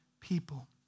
people